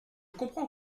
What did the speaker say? comprends